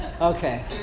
Okay